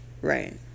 Right